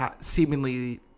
seemingly